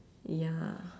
ya